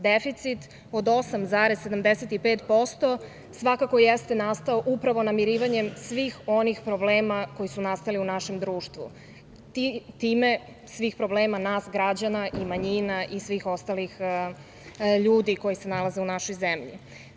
Deficit od 8,75% svakako jeste nastao upravo namirivanjem svih onih problema koji su nastali u našem društvu, time svih problema nas građana i manjina i svih ostalih ljudi koji se nalaze u našoj zemlji.